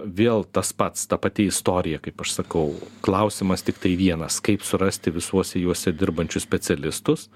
vėl tas pats ta pati istorija kaip aš sakau klausimas tiktai vienas kaip surasti visuose juose dirbančius specialistus